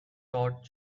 taught